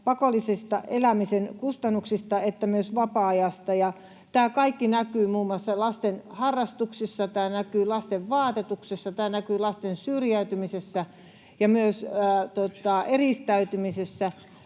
pakollisista elämisen kustannuksista että myös vapaa-ajasta. Tämä kaikki näkyy muun muassa lasten harrastuksissa, tämä näkyy lasten vaatetuksessa, tämä näkyy lasten syrjäytymisessä ja myös eristäytymisessä.